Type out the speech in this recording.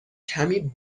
کمی